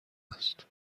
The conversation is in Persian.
است